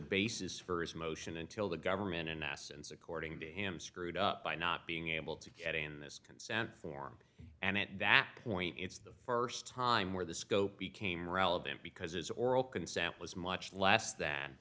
basis for his motion until the government in essence according to him screwed up by not being able to get in this consent form and at that point it's the first time where the scope became relevant because his oral can sample is much less than